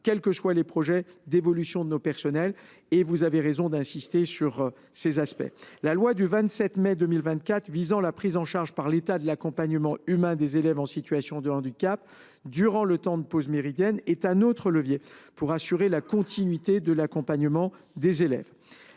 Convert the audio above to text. quels que soient les projets d’évolution de nos personnels – vous avez raison d’insister sur ces aspects. La loi du 27 mai 2024 visant la prise en charge par l’État de l’accompagnement humain des élèves en situation de handicap durant le temps de pause méridienne est un autre levier pour assurer la continuité de l’accompagnement des élèves.